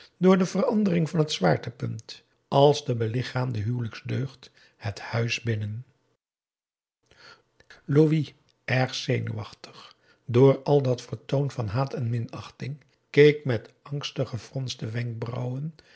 door de verandering van het zwaartepunt als de belichaamde huwelijksdeugd het huis binnen louis erg zenuwachtig door al dat vertoon van haat en minachting keek met angstig gefronste wenkbrauwen